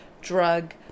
drug